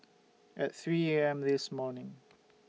At three A M This morning